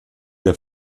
der